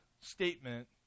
statement